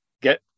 get